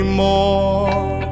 more